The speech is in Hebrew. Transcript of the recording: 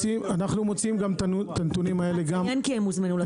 רק נציין שהם הוזמנו לדיון.